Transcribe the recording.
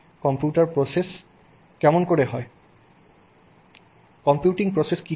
computing process কেমন করে হয়